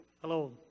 Hello